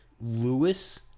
Lewis